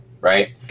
right